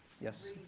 Yes